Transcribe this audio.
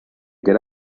get